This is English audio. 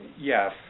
yes